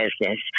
business